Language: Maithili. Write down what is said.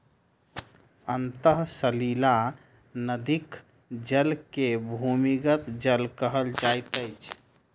अंतः सलीला नदीक जल के भूमिगत जल कहल जाइत अछि